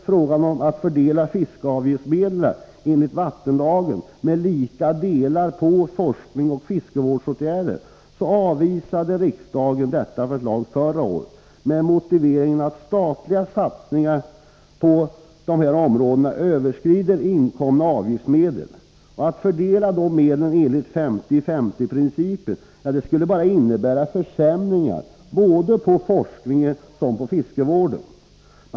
Förslaget att fördela fiskeavgiftsmedlen enligt vattenlagen med lika delar på forskning och fiskevårdsåtgärder avvisade riksdagen förra året med motiveringen att statliga satsningar på dessa områden överskrider inkomna avgiftsmedel. Att fördela medlen enligt 50-50-principen skulle därför innebära försämringar både för forskningen och för fiskevården.